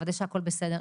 לוודא שהכל בסדר.